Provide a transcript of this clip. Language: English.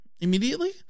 immediately